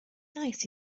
nice